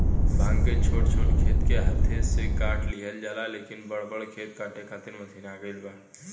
भांग के छोट छोट खेत के हाथे से काट लिहल जाला, लेकिन बड़ बड़ खेत काटे खातिर मशीन आ गईल बा